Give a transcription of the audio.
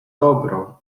dobrą